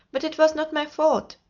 but it was not my fault,